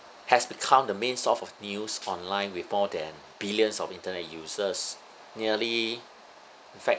has become the main source of news online with more than billions of internet users nearly in fact